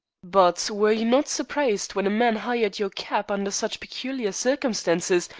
but were you not surprised when a man hired your cab under such peculiar circumstances,